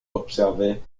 observer